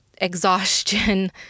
exhaustion